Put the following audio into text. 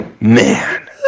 Man